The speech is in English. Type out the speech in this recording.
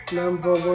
number